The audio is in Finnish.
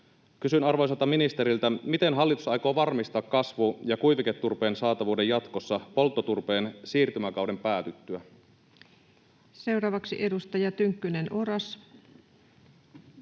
Kysyn arvoisalta ministeriltä: miten hallitus aikoo varmistaa kasvu- ja kuiviketurpeen saatavuuden jatkossa polttoturpeen siirtymäkauden päätyttyä?